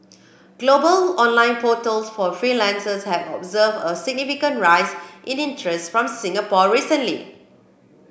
global online portals for freelancers have observed a significant rise in interest from Singapore recently